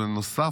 בנוסף,